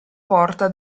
porta